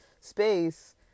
space